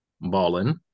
balling